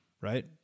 Right